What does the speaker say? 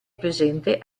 presente